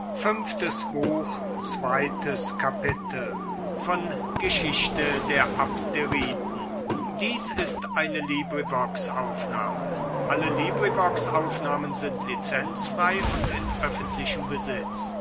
demokritus dies ist